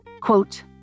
quote